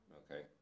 okay